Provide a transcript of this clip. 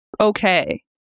Okay